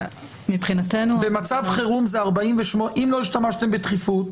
אם לא השתמשתם בדחיפות